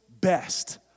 best